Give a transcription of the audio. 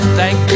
thank